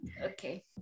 Okay